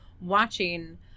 watching